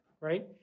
right